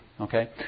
okay